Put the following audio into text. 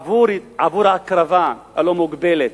עבור ההקרבה הלא-מוגבלת,